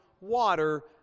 water